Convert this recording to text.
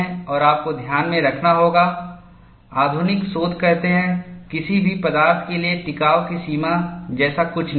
और आपको ध्यान में रखना होगा आधुनिक शोध कहते हैं किसी भी पदार्थ के लिए टिकाव की सीमा जैसा कुछ नहीं है